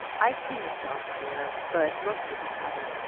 i've seen the cells here, but most people haven't.